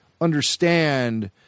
understand